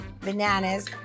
bananas